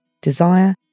Desire